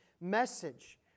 message